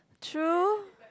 true